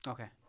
Okay